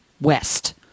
West